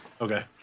Okay